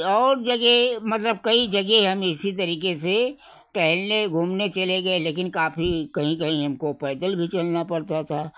और जगह मतलब कई जगह हम इसी तरीके से टहलने घूमने चले गए लेकिन काफ़ी कहीं कहीं हमको पैदल भी चलना पड़ता था